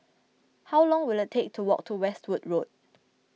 how long will it take to walk to Westwood Road